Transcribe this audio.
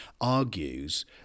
argues